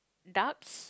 ducks